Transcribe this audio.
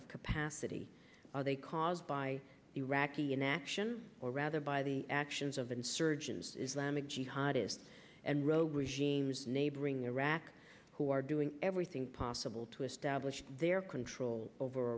of capacity they caused by iraqi inaction or rather by the actions of insurgents islamic jihad is and rogue regimes neighboring iraq who are doing everything possible to establish their control over